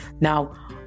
Now